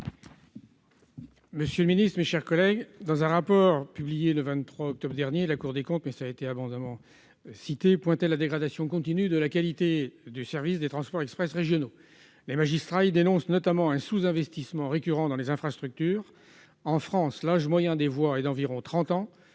Monsieur le secrétaire d'État, mes chers collègues, dans un rapport publié le 23 octobre dernier, la Cour des comptes pointait la dégradation continue de la qualité de service des transports express régionaux. Les magistrats y dénonçaient, notamment, un sous-investissement récurrent dans les infrastructures. En France, l'âge moyen des voies est d'environ 30 ans,